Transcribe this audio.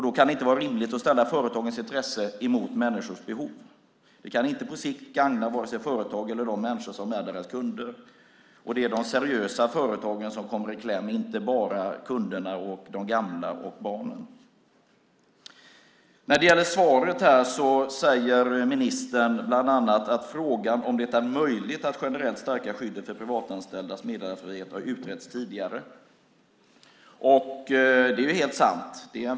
Det kan inte vara rimligt att ställa företagens intresse mot människors behov. Det kan inte på sikt gagna vare sig företagen eller de människor som är deras kunder. Det är de seriösa företagen som kommer i kläm, inte bara kunderna, de gamla och barnen. I svaret säger ministern bland annat att frågan om det är möjligt att generellt stärka skyddet till privatanställdas meddelarfrihet har utretts tidigare. Det är helt sant.